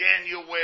January